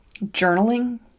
journaling